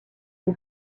les